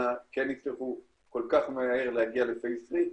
ד"ר פיינשטיין,